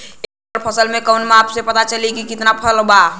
एक एकड़ फसल के कवन माप से पता चली की कितना फल बा?